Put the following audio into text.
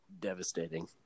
devastating